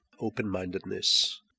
open-mindedness